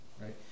right